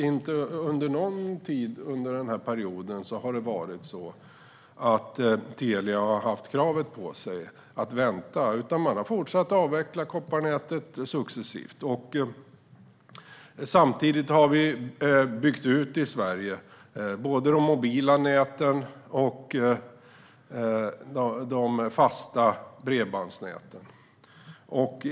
Inte någon gång under denna period har Telia haft kravet på sig att vänta, utan man har successivt fortsatt att avveckla kopparnätet. Samtidigt har vi byggt ut både de mobila näten och de fasta bredbandsnäten i Sverige.